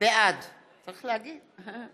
בעד